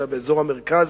באזור המרכז,